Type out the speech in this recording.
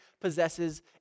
possesses